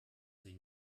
sie